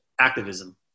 activism